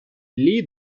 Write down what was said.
lee